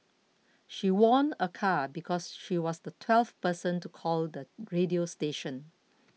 she won a car because she was the twelfth person to call the radio station